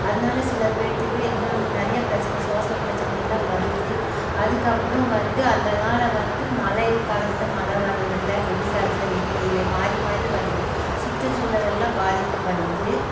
அதனால சிலபேர்த்துக்கு இன்னொன்று நிறையா பிரச்சின சுவாசப் பிரச்சினையெல்லாம் வருது அதுக்கப்புறம் வந்து அதனால வந்து மழை காலத்தில் மழை வர்றதில்லை வெயில் காலத்தில் வெயில் இல்லை மாறி மாறி வருது சுற்றுச் சூழலெல்லாம் பாதிக்கப்படுது